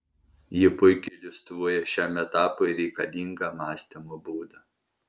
ji puikiai iliustruoja šiam etapui reikalingą mąstymo būdą